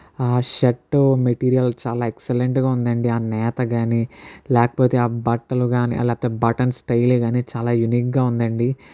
ఆ shirt material చాలా ఎక్సలెంట్గా ఉందండి ఆ నేత కానీ లేకపోతే ఆ బట్టలు కానీ లేపోతే ఆ బటన్స్ స్టైల్ కానీ చాలా యూనిక్గా ఉందండీ